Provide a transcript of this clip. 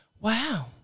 Wow